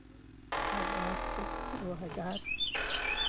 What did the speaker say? अगस्त दू हजार